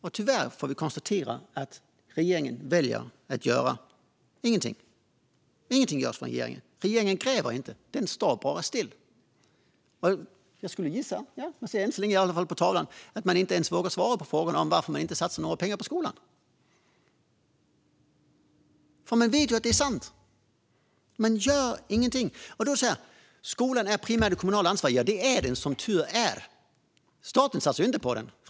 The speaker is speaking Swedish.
Och tyvärr får vi konstatera att regeringen väljer att göra - ingenting. Ingenting görs från regeringens sida. Regeringen gräver inte - den står bara still. Och jag skulle gissa att man inte ens vågar svara på frågan om varför man inte satsar några pengar på skolan. Man vet ju att det är sant; man gör ingenting. Man säger att skolan primärt är ett kommunalt ansvar. Ja, det är den, som tur är. Staten satsar ju inte på den.